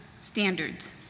standards